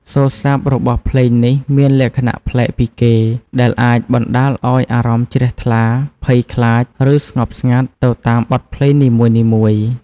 សូរ្យស័ព្ទរបស់ភ្លេងនេះមានលក្ខណៈប្លែកពីគេ ដែលអាចបណ្ដាលឱ្យអារម្មណ៍ជ្រះថ្លា ភ័យខ្លាច ឬស្ងប់ស្ងាត់ ទៅតាមបទភ្លេងនីមួយៗ។